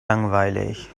langweilig